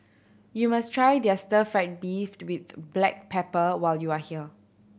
you must try their stir fried beef with black pepper when you are here